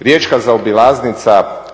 riječka zaobilaznica